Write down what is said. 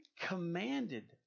commanded